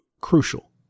crucial